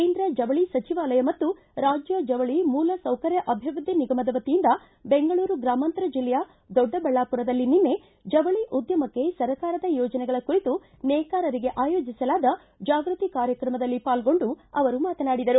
ಕೇಂದ್ರ ಜವಳಿ ಸಚಿವಾಲಯ ಮತ್ತು ರಾಜ್ಯ ಜವಳಿ ಮೂಲ ಸೌಕರ್ಯ ಅಭಿವೃದ್ದಿ ನಿಗಮದ ವತಿಯಿಂದ ಬೆಂಗಳೂರು ಗ್ರಾಮಾಂತರ ಜಿಲ್ಲೆಯ ದೊಡ್ಡಬಳ್ಳಾಪುರದಲ್ಲಿ ನಿನ್ನೆ ಜವಳಿ ಉದ್ದಮಕ್ಕೆ ಸರ್ಕಾರದ ಯೋಜನೆಗಳ ಕುರಿತು ನೇಕಾರರಿಗೆ ಆಯೋಜಿಸಲಾದ ಜಾಗೃತಿ ಕಾರ್ಯಕ್ರಮದಲ್ಲಿ ಪಾಲ್ಗೊಂಡು ಅವರು ಮಾತನಾಡಿದರು